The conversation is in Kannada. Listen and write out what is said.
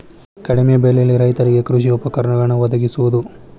ಕಡಿಮೆ ಬೆಲೆಯಲ್ಲಿ ರೈತರಿಗೆ ಕೃಷಿ ಉಪಕರಣಗಳನ್ನು ವದಗಿಸುವದು